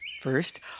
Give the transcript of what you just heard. First